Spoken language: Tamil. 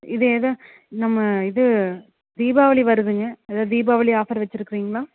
இது எதோ நம்ம இது தீபாவளி வருதுங்க எதாவது தீபாவளி ஆஃபர் வச்சிருக்கீங்களா